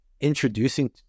introducing